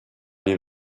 les